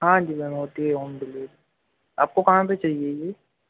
हाँ जी होती है होम डिलीवरी आपको कहाँ पर चाहिए यह